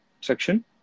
section